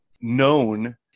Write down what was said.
known